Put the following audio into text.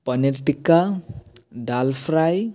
paneer tikka dal fry